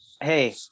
hey